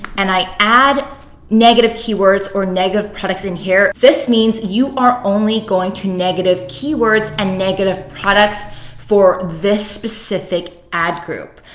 and i add negative keywords or negative products in here. this means you are only going to negative keywords and negative products for this specific ad group.